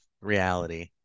reality